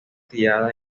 tirada